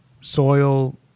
soil